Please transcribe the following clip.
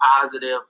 positive